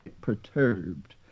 perturbed